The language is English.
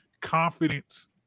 confidence